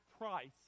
price